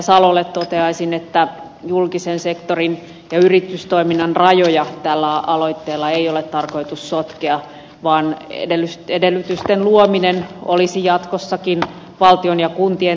salolle toteaisin että julkisen sektorin ja yritystoiminnan rajoja tällä aloitteella ei ole tarkoitus sotkea vaan edellytysten luominen olisi jatkossakin valtion ja kuntien tehtävä